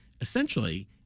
essentially